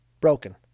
broken